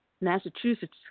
Massachusetts